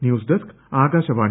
news desk Akashvani